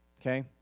Okay